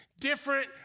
different